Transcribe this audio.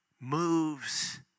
moves